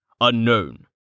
unknown